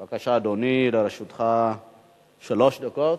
בבקשה, אדוני, לרשותך שלוש דקות.